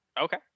Okay